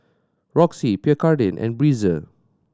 Roxy Pierre Cardin and Breezer